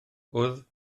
wddf